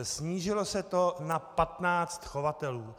Snížilo se to na patnáct chovatelů.